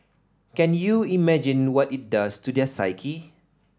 can you imagine what it does to their psyche